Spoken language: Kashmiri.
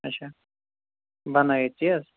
اَچھا بَنٲوِتھ تی حظ